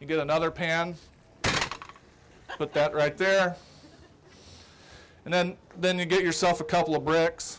you get another pan but that right there and then then you get yourself a couple of bricks